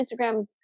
Instagram